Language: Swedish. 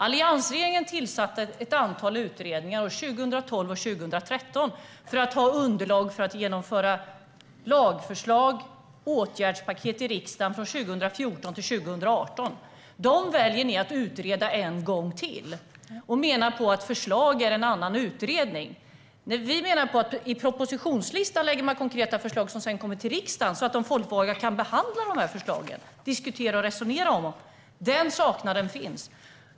Alliansregeringen tillsatte ett antal utredningar 2012 och 2013 som underlag för att genomföra lagförslag och ta fram åtgärdspaket till riksdagen för 2014-2018. Ni väljer att utreda förslagen en gång till och menar att de behöver en annan utredning. Vi menar att i propositionslistan lägger man konkreta förslag som sedan kommer till riksdagen, så att vi folkvalda kan behandla, diskutera och resonera om förslagen. Detta saknas.